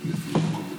ברק.